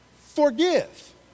forgive